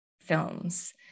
films